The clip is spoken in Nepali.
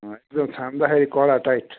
यो छाम्दाखेरि कडा टाइट